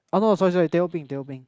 oh no sorry sorry teh o peng teh o peng